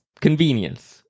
convenience